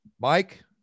mike